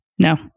No